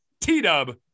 T-Dub